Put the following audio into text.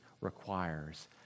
requires